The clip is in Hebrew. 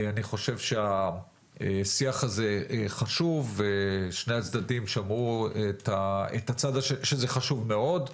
אני חושב שהשיח הזה חשוב ושני הצדדים שמעו שזה חשוב מאוד,